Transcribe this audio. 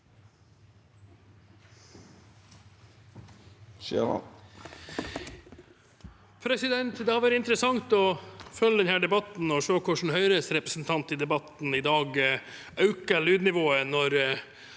Det har vært inter- essant å følge denne debatten og se hvordan Høyres representant i dag øker lydnivået når